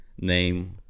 name